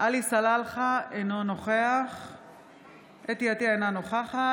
עלי סלאלחה, אינו נוכח חוה אתי עטייה, אינה נוכחת